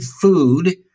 food